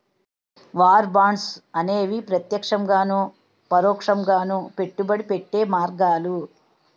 war bonds అనేవి ప్రత్యక్షంగాను పరోక్షంగాను పెట్టుబడి పెట్టే మార్గాలు